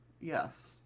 yes